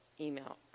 email